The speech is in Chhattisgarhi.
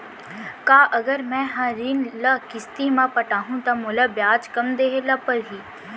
का अगर मैं हा ऋण ल किस्ती म पटाहूँ त मोला ब्याज कम देहे ल परही?